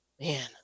man